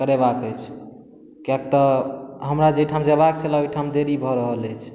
करेबाक अछि किएक तऽ हमरा जाहिठाम जेबाक छलै ओहिठाम देरी भऽ रहल अछि